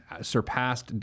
surpassed